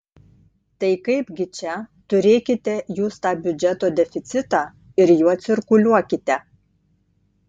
tai kaipgi čia turėkite jūs tą biudžeto deficitą ir juo cirkuliuokite